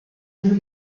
nom